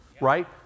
Right